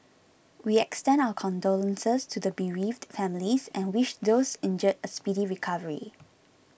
we extend our condolences to the bereaved families and wish those injured a speedy recovery